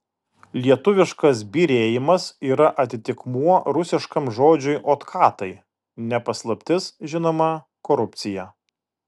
lietuviškas byrėjimas yra atitikmuo rusiškam žodžiui otkatai ne paslaptis žinoma korupcija